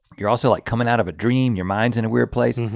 you're also like coming out of a dream, your minds in a weird place. and